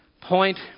point